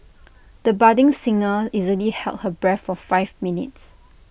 the budding singer easily held her breath for five minutes